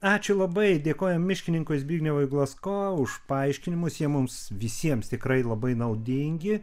ačiū labai dėkojam miškininkui zbignevui glasko už paaiškinimus jie mums visiems tikrai labai naudingi